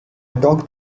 talked